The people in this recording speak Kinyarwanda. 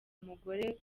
umugore